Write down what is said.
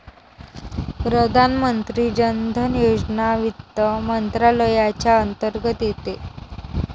प्रधानमंत्री जन धन योजना वित्त मंत्रालयाच्या अंतर्गत येते